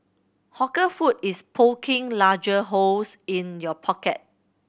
hawker food is poking larger holes in your pocket